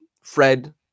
Fred